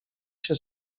się